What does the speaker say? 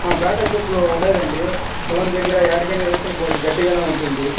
Bata చెప్పులు ఉంది అండి పొలం దగ్గర యాడికన్న వేసుకొని పోవచ్చు గట్టిగా ఉంటుంది